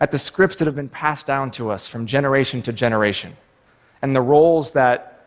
at the scripts that have been passed down to us from generation to generation and the roles that,